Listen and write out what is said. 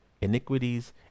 iniquities